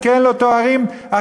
כי אין לו תארים אחרים.